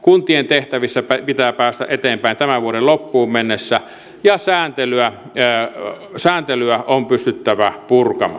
kuntien tehtävissä pitää päästä eteenpäin tämän vuoden loppuun mennessä ja sääntelyä on pystyttävä purkamaan